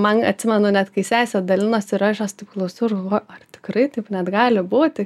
man atsimenu net kai sesė dalinosi yra aš jos taip klausiau ir galvoju ar tikrai taip net gali būti